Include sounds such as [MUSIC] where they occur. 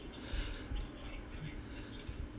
[BREATH]